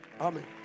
Amen